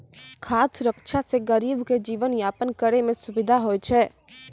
खाद सुरक्षा से गरीब के जीवन यापन करै मे सुविधा होय छै